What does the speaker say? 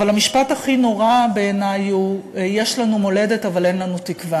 אבל המשפט הכי נורא בעיני הוא: "אין לנו תקווה